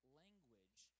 language